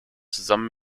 zusammen